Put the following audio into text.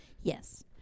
Yes